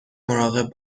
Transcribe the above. مراقب